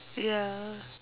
ya